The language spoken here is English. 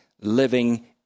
living